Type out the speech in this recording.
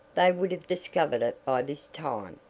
they would have discovered it by this time.